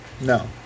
No